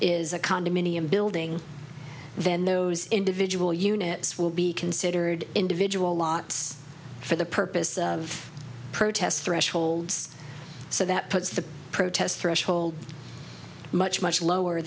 is a condominium building then those individual units will be considered individual lots for the purpose of protest thresholds so that puts the protest threshold much much lower